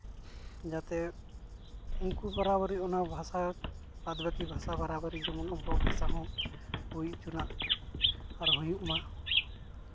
ᱡᱟᱛᱮ ᱩᱱᱠᱩ ᱵᱟᱨᱟᱼᱵᱟ ᱨᱤ ᱚᱱᱟ ᱵᱷᱟᱥᱟ ᱵᱟᱫ ᱵᱟᱹᱠᱤ ᱵᱷᱟᱥᱟ ᱵᱟᱨᱟ ᱵᱟᱹᱨᱤ ᱡᱮᱢᱚᱱ ᱟᱵᱚᱣᱟᱜ ᱵᱷᱟᱥᱟ ᱦᱚᱸ ᱦᱩᱭ ᱦᱚᱪᱚᱱᱟᱜ ᱟᱨ ᱦᱩᱭᱩᱜ ᱢᱟ